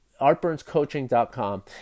artburnscoaching.com